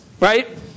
right